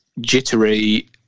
jittery